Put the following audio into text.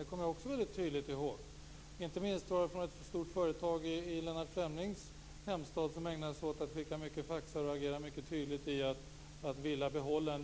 Det gäller inte minst ett stort företag i Lennart Fremlings hemstad som skickade många fax och agerade mycket tydligt för att man skulle behålla ett